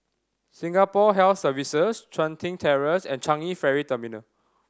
Singapore Health Services Chun Tin Terrace and Changi Ferry Terminal